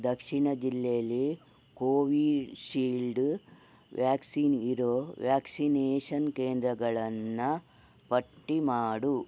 ದಕ್ಷಿಣ ಜಿಲ್ಲೆಯಲ್ಲಿ Covishield vaccine ಇರೋ vaccination ಕೇಂದ್ರಗಳನ್ನು ಪಟ್ಟಿ ಮಾಡು